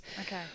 Okay